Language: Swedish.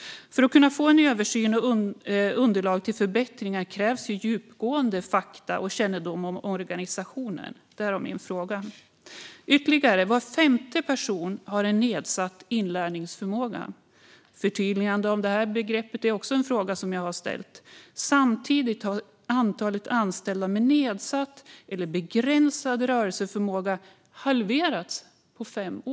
För att kunna göra en översyn och ta fram underlag till förbättringar krävs fakta och djupgående kännedom om organisationen, därav min fråga. Var femte person har nedsatt inlärningsförmåga. Ett förtydligande av det begreppet är också något som jag har efterfrågat. Samtidigt har antalet anställda med nedsatt eller begränsad rörelseförmåga halverats på fem år.